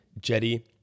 Jetty